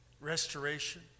Restoration